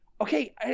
Okay